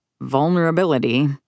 Vulnerability